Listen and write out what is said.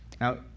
now